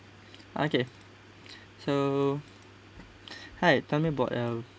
okay so hi tell me about your